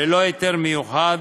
ללא היתר מיוחד,